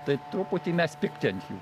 tai truputį mes piktinti ant jų